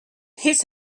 his